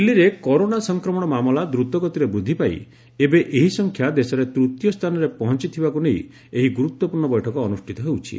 ଦିଲ୍ଲୀରେ କରୋନା ସଂକ୍ରମଣ ମାମଲା ଦ୍ରତଗତିରେ ବୃଦ୍ଧି ପାଇ ଏବେ ଏହି ସଂଖ୍ୟା ଦେଶରେ ତୃତୀୟ ସ୍ଥାନରେ ପହଞ୍ଚଥିବାକୁ ନେଇ ଏହି ଗୁରୁତ୍ୱପୂର୍ଣ୍ଣ ବୈଠକ ଅନୁଷ୍ଠିତ ହେଉଛି